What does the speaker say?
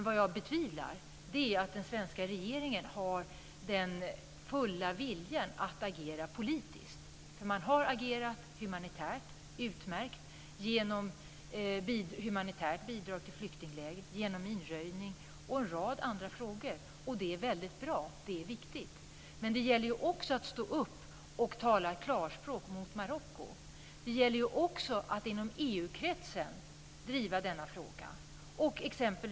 Vad jag betvivlar är att den svenska regeringen har den fulla viljan att agera politiskt. Man har agerat humanitärt - utmärkt - genom humanitärt bidrag till flyktinglägren, minröjning och en rad andra saker. Det är väldigt bra. Det är viktigt. Men det gäller också att stå upp och tala klarspråk mot Marocko. Det gäller också att inom EU-kretsen driva denna fråga.